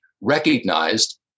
recognized